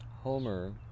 Homer